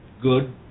good